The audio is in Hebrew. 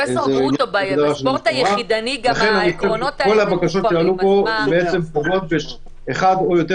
כל הבקשות שעלו פה פוגעות באחד או יותר